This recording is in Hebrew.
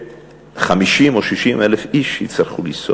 ש-50,000 או 60,000 איש יצטרכו לנסוע